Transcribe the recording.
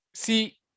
See